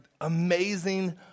amazing